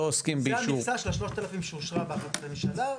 זו המכסה של 3000 שאושרה בממשלה,